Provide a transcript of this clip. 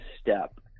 step